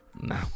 No